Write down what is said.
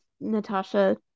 Natasha